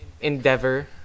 endeavor